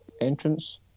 entrance